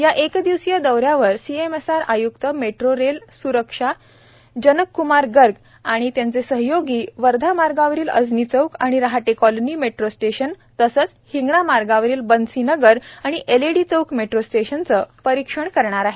या एक दिवसीय दौऱ्यावर सीएमआरएस आय्क्त मेट्रो रेल स्रक्षा जनक क्मार गर्ग आणि त्यांचे सहयोगी वर्धा मार्गावरील अजनी चौक आणि रहाटे कॉलोनी मेट्रो स्टेशन तसेच हिंगणा मार्गावरील बंसी नगर आणि एलएडी चौक मेट्रो स्टेशनचे परीक्षण करणार आहे